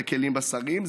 זה כלים בשריים,